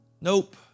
Nope